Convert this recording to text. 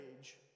age